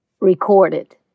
recorded